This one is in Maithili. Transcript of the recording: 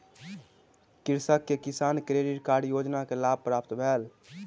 कृषक के किसान क्रेडिट कार्ड योजना के लाभ प्राप्त भेल